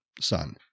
son